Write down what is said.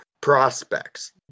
prospects